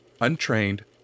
untrained